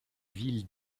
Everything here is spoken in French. ville